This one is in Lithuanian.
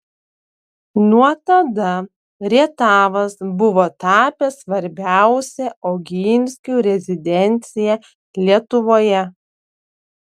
nuo tada rietavas buvo tapęs svarbiausia oginskių rezidencija lietuvoje